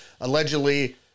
Allegedly